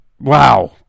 Wow